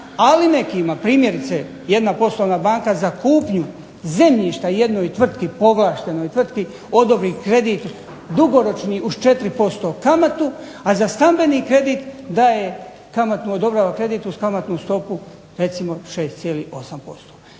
Ali nekima primjerice, jedna poslovna banka za kupnju zemljišta jednoj povlaštenoj tvrtki odobri kredit dugoročni uz 4% kamatu, a za stambeni kredit daje kamatu odobrava kredit uz kamatnu stopu recimo 6,8%.